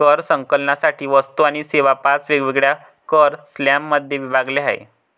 कर संकलनासाठी वस्तू आणि सेवा पाच वेगवेगळ्या कर स्लॅबमध्ये विभागल्या आहेत